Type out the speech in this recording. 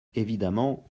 évidemment